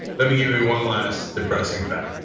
let me give you one last depressing fact.